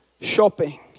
shopping